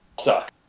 suck